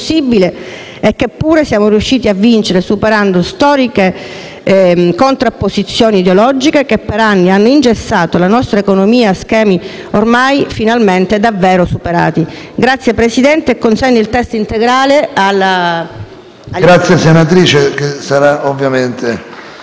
e che pure siamo riusciti a vincere, superando le storiche contrapposizioni ideologiche che per anni hanno ingessato la nostra economia a schemi ormai, finalmente, davvero superati. Signor Presidente,